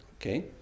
Okay